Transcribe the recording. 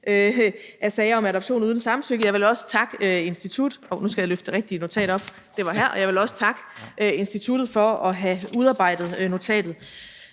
af sager om adoption uden samtykke. Jeg vil også takke – nu skal jeg løfte det rigtige notat op, og det var her – instituttet for at have udarbejdet notatet.